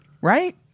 right